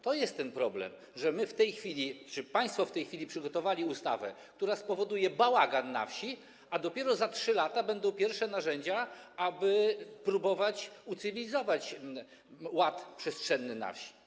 To jest problem, że my w tej chwili czy państwo w tej chwili przygotowali ustawę, która spowoduje bałagan na wsi, a dopiero za 3 lata będą pierwsze narzędzia, aby próbować ucywilizować ład przestrzenny na wsi.